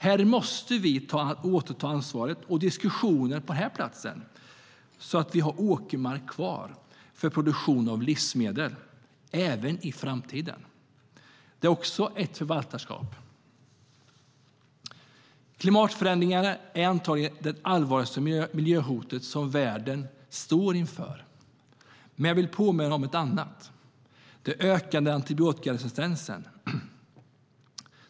Här måste vi återta ansvaret och diskussionen så att vi har åkermark kvar för produktion av livsmedel även i framtiden. Det är också ett förvaltarskap. Klimatförändringarna är antagligen det allvarligaste miljöhotet som världen står inför, men jag vill påminna om ett annat: den ökande antibiotikaresistensen.